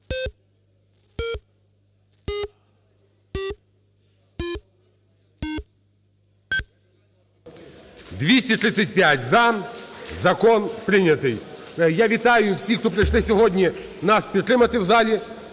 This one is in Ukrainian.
За-235 Закон прийнятий. Я вітаю всіх, хто прийшли сьогодні нас підтримати в залі,